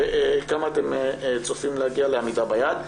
וכמה אתם צופים להגיע לעמידה ביעד?